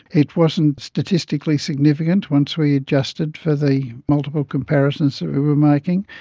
it wasn't statistically significant once we adjusted for the multiple comparisons that we were making,